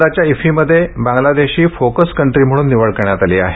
यंदाच्या इफ्फीमध्ये बांगलादेशची फोकस कंट्री म्हणून निवड करण्यात आली आहे